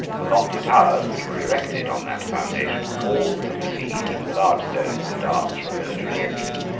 the lofty towers which were erected on that foundation galled the besieged with large stones and darts from the military engines,